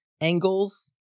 angles